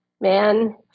man